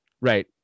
Right